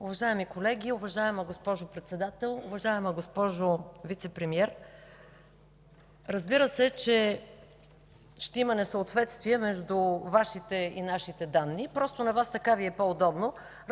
Уважаеми колеги, уважаема госпожо Председател! Уважаема госпожо Вицепремиер, разбира се, че ще има несъответствие между Вашите и нашите данни, просто на Вас така Ви е по-удобно.